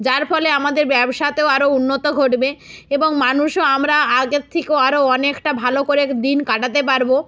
যার ফলে আমাদের ব্যবসাতেও আরো উন্নতি ঘটবে এবং মানুষও আমরা আগে থেকেও আরো অনেকটা ভালো করে দিন কাটাতে পারব